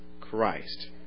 Christ